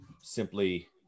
simply